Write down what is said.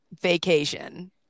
vacation